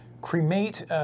Cremate